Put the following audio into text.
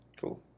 Cool